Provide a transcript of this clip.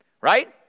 right